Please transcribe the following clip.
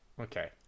Okay